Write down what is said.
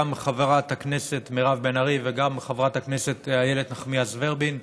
גם חברת הכנסת מירב בן ארי וגם חברת הכנסת איילת נחמיאס ורבין.